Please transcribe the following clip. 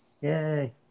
Yay